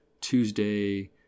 Tuesday